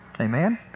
Amen